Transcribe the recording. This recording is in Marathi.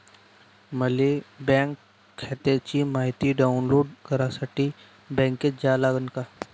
मले बँक खात्याची मायती डाऊनलोड करासाठी बँकेत जा लागन का?